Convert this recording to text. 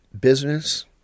business